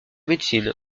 médecine